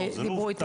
לא, זה לא הובטח.